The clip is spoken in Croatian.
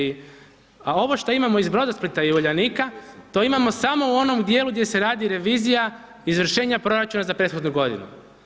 A ovo što imamo iz Brodosplita i Uljanika to imamo samo u onom dijelu gdje se radi revizija izvršenja proračuna za prethodnu godinu.